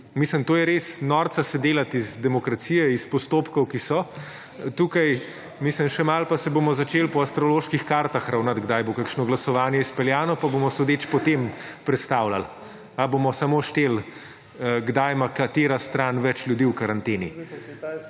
Mislim, to je res, norca se delati iz demokracije, iz postopkov, ki so tukaj. Mislim, še malo, pa se bomo začel po astroloških kartah ravnati, kdaj bo kakšno glasovanje izpeljano, pa bomo sodeč po tem prestavljali. Ali bomo samo šteli, kdaj ima katera stran več ljudi v karanteni?